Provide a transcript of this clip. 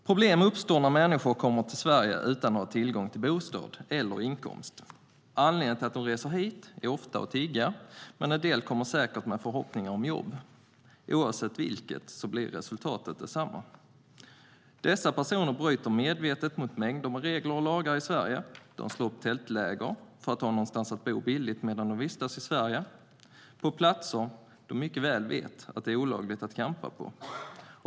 Problem uppstår när människor kommer till Sverige utan att ha tillgång till bostad eller inkomst. Anledningen till att de reser hit är ofta att de ska tigga, men en del kommer säkert med förhoppningar om jobb. Oavsett hur det är blir resultatet detsamma. Dessa personer bryter medvetet mot mängder av regler och lagar i Sverige. De slår upp tältläger för att ha någonstans att bo billigt medan de vistas i Sverige. Det sker på platser där de mycket väl vet att det är olagligt att campa.